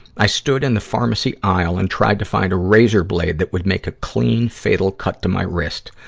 i stood in the pharmacy aisle and tried to find a razor blade that would make a clean, fatal cut to my wrist.